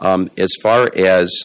these as far as